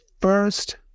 first